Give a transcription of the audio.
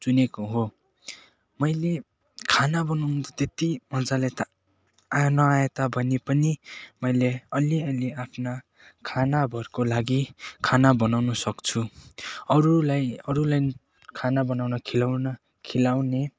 चुनेको हो मैले खाना बनाउनु त त्यति मज्जाले त नआए तापनि पनि मैले अलिअलि आफ्ना खानाभरको लागि खाना बनाउनु सक्छु अरूलाई अरूलाई खाना बनाउन खिलाउन खिलाउने